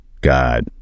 God